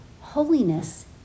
holiness